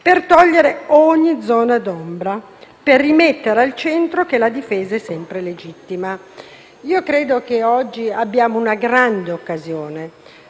per togliere ogni zona d'ombra e rimettere al centro il principio per cui la difesa è sempre legittima. Io credo che oggi abbiamo una grande occasione.